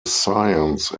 science